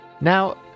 Now